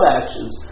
actions